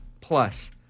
plus